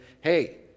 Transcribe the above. hey